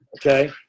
okay